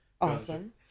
Awesome